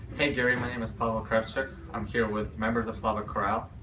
hey gary, my name is pavel kravchuk. i'm here with members of slavic chorale.